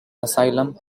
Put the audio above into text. asylum